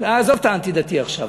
עזוב את האנטי-דתי עכשיו.